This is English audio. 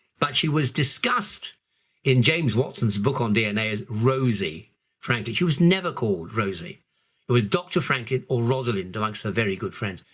but she was discussed in james watson's book on dna as rosie franklin. she was never called rosie it was dr franklin or rosalind amongst her very good friends.